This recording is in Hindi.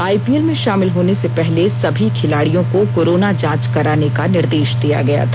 आईपीएल में शामिल होने से पहले सभी खिलाड़ियों को कोरोना जांच कराने का निर्देष दिया गया था